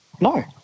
No